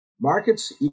Markets